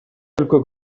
өлкө